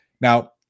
Now